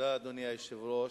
אדוני היושב-ראש,